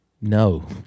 no